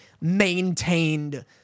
maintained